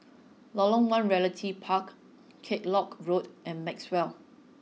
Lorong one Realty Park Kellock Road and Maxwell